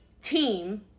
team